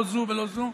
לא זאת ולא זאת,